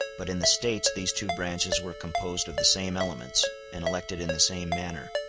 but in the states these two branches were composed of the same elements, and elected in the same manner.